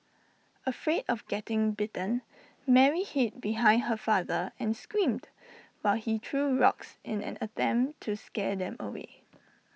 afraid of getting bitten Mary hid behind her father and screamed while he threw rocks in an attempt to scare them away